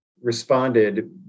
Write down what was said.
responded